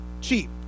cheap